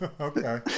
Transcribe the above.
Okay